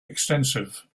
extensive